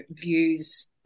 views